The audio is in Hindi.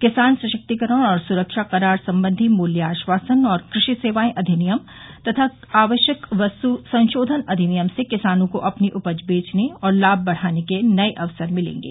किसान सशक्तिकरण और सुरक्षा करार सम्बंधी मूल्य आश्वासन और कृषि सेवाएं अधिनियम तथा आवश्यक वस्तु संशोधन अधिनियम से किसानों को अपनी उपज बेचने और लाभ बढ़ाने के नए अवसर मिलेंगे